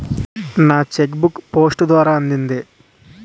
నా cheque book post ద్వారా అందింది